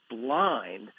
blind